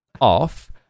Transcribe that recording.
off